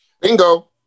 bingo